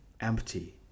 empty